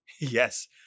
Yes